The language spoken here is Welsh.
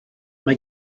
mae